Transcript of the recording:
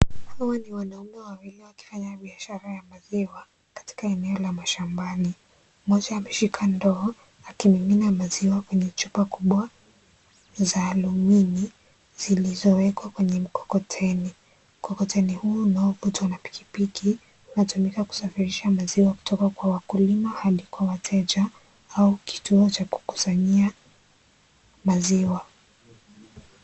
Hawa ni wanaume wawili wakifanya biashara ya maziwa katika eneo la mashambani . Mmoja ameshika ndoo akimimina maziwa kwenye chupa kubwa za alumini zilizowekwa kwenye mkokoteni . Mkokoteni huo unaovutwa na pikipiki unatumika kusafirisha maziwa kutoka kwa wakulima hadi kwa wateja au kituo cha kukusanyia maziwa.